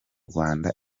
rwanda